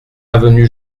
avenue